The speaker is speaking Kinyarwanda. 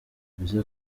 mbese